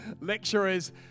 lecturers